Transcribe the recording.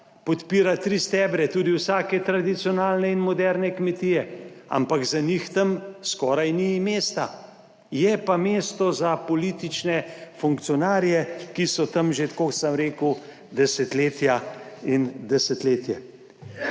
podpira tri stebre, tudi vsake tradicionalne in moderne kmetije, ampak za njo tam skoraj ni mesta. Je pa mesto za politične funkcionarje, ki so tam že, tako kot sem rekel, desetletja in desetletja.